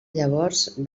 llavors